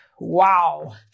Wow